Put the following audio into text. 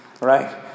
Right